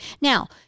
Now